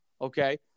okay